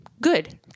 Good